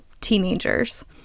teenagers